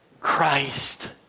Christ